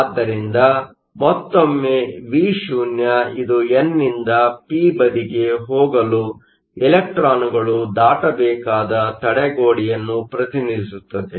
ಆದ್ದರಿಂದ ಮತ್ತೊಮ್ಮೆ Vo ಇದು ಎನ್ನಿಂದ ಪಿ ಬದಿಗೆ ಹೋಗಲು ಇಲೆಕ್ಟ್ರಾನ್ಗಳು ದಾಟಬೇಕಾದ ತಡೆಗೋಡೆಯನ್ನು ಪ್ರತಿನಿಧಿಸುತ್ತದೆ